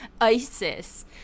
ISIS